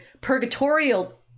purgatorial